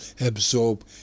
absorb